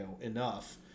enough